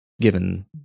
given